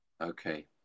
Okay